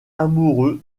amoureux